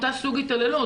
אותו סוג התעללות.